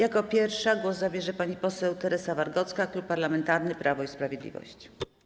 Jako pierwsza głos zabierze pani poseł Teresa Wargocka, Klub Parlamentarny Prawo i Sprawiedliwość.